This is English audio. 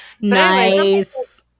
Nice